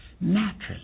naturally